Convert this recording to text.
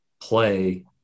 play